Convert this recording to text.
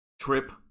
trip